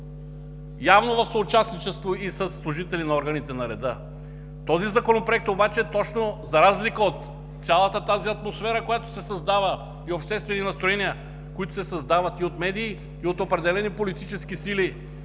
явно в съучастничество и със служителите на органите на реда. Този Законопроект обаче точно, за разлика от цялата тази атмосфера и обществени настроения, които се създават и от медии, и от определени политически сили,